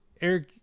Eric